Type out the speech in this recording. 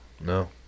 No